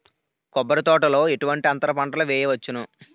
కొబ్బరి తోటలో ఎటువంటి అంతర పంటలు వేయవచ్చును?